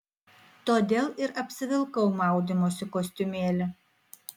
todėl ir apsivilkau maudymosi kostiumėlį